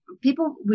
people